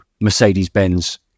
Mercedes-Benz